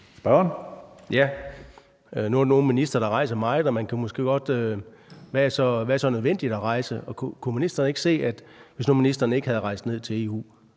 Rasmussen (EL): Nu er der nogle ministre, der rejser meget, og man kan måske godt spørge, hvad det så er nødvendigt at rejse for. Kan ministeren ikke se, at hvis nu ministeren ikke var rejst ned til EU